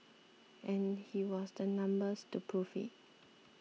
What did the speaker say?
and he was the numbers to prove it